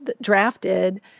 drafted